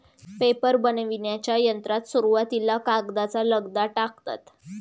paper बनविण्याच्या यंत्रात सुरुवातीला कागदाचा लगदा टाकतात